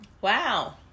Wow